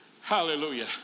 Hallelujah